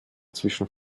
zwischen